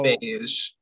beige